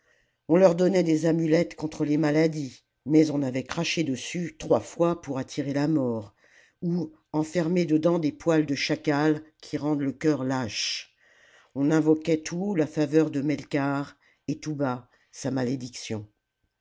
on leur donnait des amulettes contre les maladies mais on avait craché dessus trois fois pour attirer la mort ou enfermé dedans des poils de chacal qui rendent le cœur lâche on invoquait tout haut la faveur de melkarth et tout bas sa malédiction